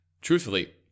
truthfully